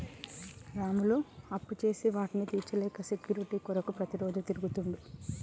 రాములు అప్పుచేసి వాటిని తీర్చలేక సెక్యూరిటీ కొరకు ప్రతిరోజు తిరుగుతుండు